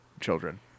children